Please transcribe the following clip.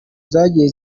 zagiye